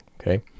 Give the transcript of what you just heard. okay